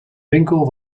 winkel